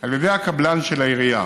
על ידי הקבלן של העירייה.